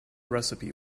recipe